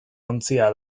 ontzia